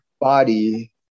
body